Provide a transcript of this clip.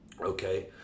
Okay